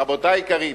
רבותי היקרים,